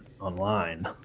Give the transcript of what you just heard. online